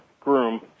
groom